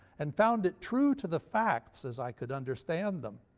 and found it true to the facts, as i could understand them,